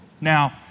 Now